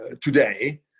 today